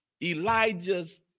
Elijah's